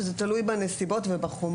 שלגביהן זה תלוי בנסיבות ובחומרה,